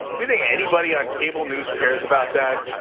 you think anybody on cable news cares about that?